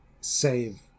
save